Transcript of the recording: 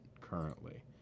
currently